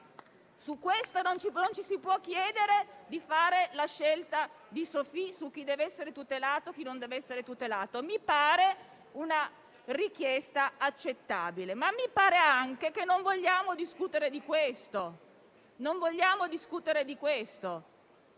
Su questo non ci si può chiedere di fare la scelta di Sophie su chi deve essere tutelato e chi no. Mi pare una richiesta accettabile, ma mi sembra anche che non vogliamo discutere di questo.